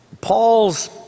Paul's